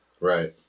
right